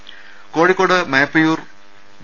രുമ കോഴിക്കോട് മേപ്പയ്യൂർ വി